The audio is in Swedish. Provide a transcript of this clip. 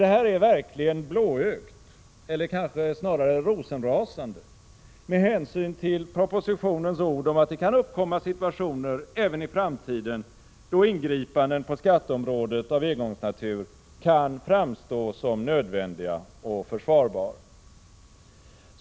Detta är verkligen blåögt — eller kanske snarare rosenrasande — med hänsyn till propositionens ord om att det kan uppkomma situationer även i framtiden då ingripanden på skatteområdet av engångsnatur kan framstå som nödvändiga och försvarbara.